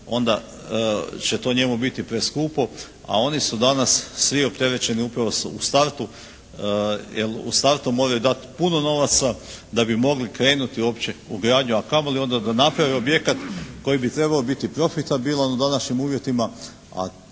onda će to njemu biti preskupo, a oni su danas svi opterećeni, upravo su u startu, u startu moraju dati puno novaca da mi mogli krenuti uopće u gradnju, a kamoli onda da naprave objekat koji bi trebao biti profitabilan u današnjim uvjetima